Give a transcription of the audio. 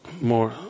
more